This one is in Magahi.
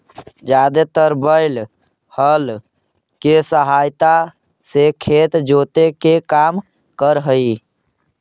जादेतर बैल हल केसहायता से खेत जोते के काम कर हई